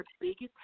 biggest